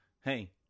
hey